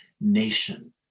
nation